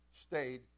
stayed